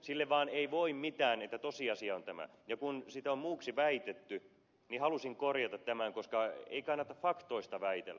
sille vaan ei voi mitään että tosiasia on tämä ja kun sitä on muuksi väitetty niin halusin korjata tämän koska ei kannata faktoista väitellä